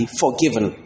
forgiven